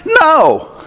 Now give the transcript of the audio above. No